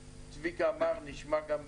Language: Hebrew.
צביקה אמר שנשמע גם נתונים.